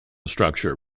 structure